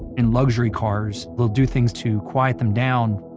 in luxury cars, they'll do things to quiet them down,